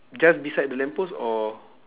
just beside the lamp post or